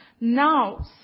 now